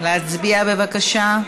להצביע בבקשה.